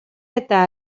eta